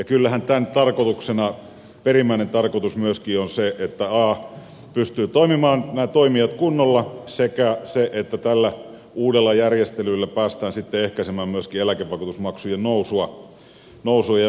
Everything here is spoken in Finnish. kyllähän tämän perimmäinen tarkoitus on se että nämä toimijat pystyvät toimimaan kunnolla sekä se että tällä uudella järjestelyllä päästään sitten ehkäisemään myöskin eläkevakuutusmaksujen nousua jnp